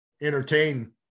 entertain